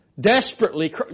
desperately